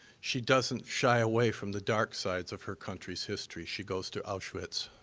she doesn't shy away from the dark sides of her country's history. she goes to auschwitz.